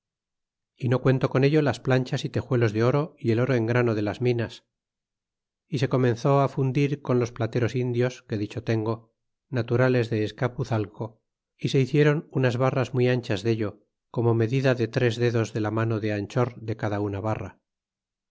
y no cuento con ello las planchas y tejuelos de oro y el oro en grano de las minas y se comenzó fundir con los plateros indios que dicho tengo naturales de escapuzalco é se hiciéron unas barras muy anchas dello como medida de tres dedos de la mano de anchor de cada una barra